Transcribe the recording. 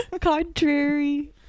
Contrary